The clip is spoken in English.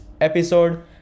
episode